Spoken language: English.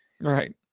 Right